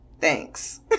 Thanks